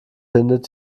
findet